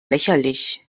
lächerlich